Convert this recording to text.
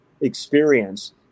experience